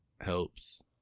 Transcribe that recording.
helps